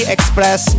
Express